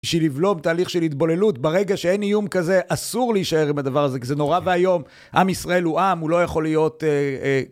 בשביל לבלום תהליך של התבוללות ברגע שאין איום כזה אסור להישאר עם הדבר הזה כי זה נורא ואיום. עם ישראל הוא עם הוא לא יכול להיות אה.. אה..